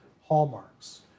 hallmarks